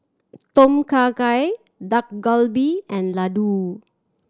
Tom Kha Gai Dak Galbi and Ladoo